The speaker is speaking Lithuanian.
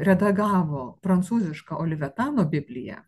redagavo prancūzišką ulvetano bibliją